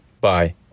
Bye